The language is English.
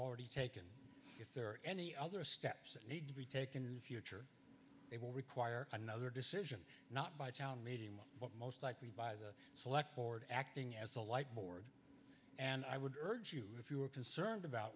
already taken if there are any other steps that need to be taken future it will require another decision not by town meeting one but most likely by the select board acting as a light board and i would urge you if you are concerned about